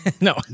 No